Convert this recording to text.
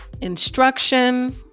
instruction